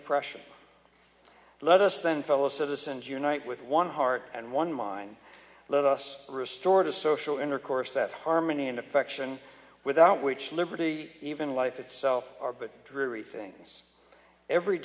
oppression let us then fellow citizens unite with one heart and one mind let us restore to social intercourse that harmony and affection without which liberty even life itself are but dreary things every